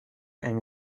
and